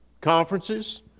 conferences